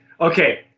Okay